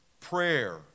prayer